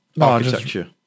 Architecture